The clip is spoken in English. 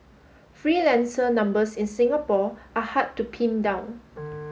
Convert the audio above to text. freelancer numbers in Singapore are hard to pin down